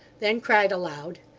then cried aloud,